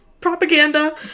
propaganda